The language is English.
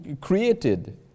created